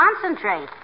concentrate